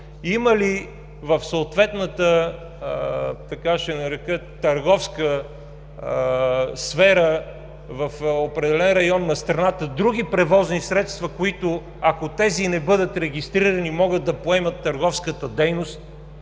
има ли в съответната търговска сфера в определен район на страната други превозни средства, които, ако тези не бъдат регистрирани, могат да поемат търговската дейност,